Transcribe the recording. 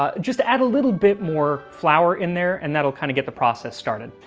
um justt add a little bit more flour in there, and that'll kind of get the process started.